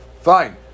Fine